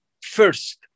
first